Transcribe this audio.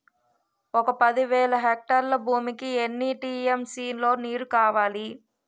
ఒక పది వేల హెక్టార్ల భూమికి ఎన్ని టీ.ఎం.సీ లో నీరు కావాలి?